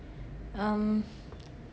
um